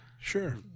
Sure